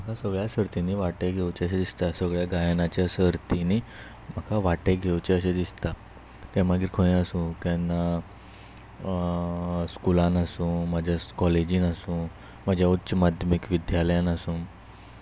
म्हाका सगळ्या सर्तीनी वाटे घेवचें अशें दिसता सगळ्या गायनाच्या सर्तीनी म्हाका वाटे घेवचे अशें दिसता तें मागीर खंय आसूं केन्ना स्कुलान आसूं म्हाज्या कॉलेजीन आसूं म्हज्या उच्च माध्यमीक विद्यालयान आसूं